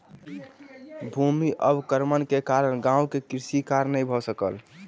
भूमि अवक्रमण के कारण गाम मे कृषि कार्य नै भ सकल